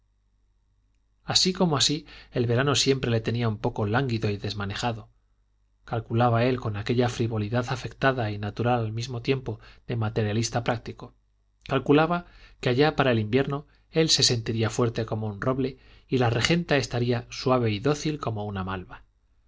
así como así el verano siempre le tenía un poco lánguido y desmadejado calculaba él con aquella frivolidad afectada y natural al mismo tiempo de materialista práctico calculaba que allá para el invierno él se sentiría fuerte como un roble y la regenta estaría suave y dócil como una malva